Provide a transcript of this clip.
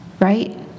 Right